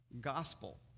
gospel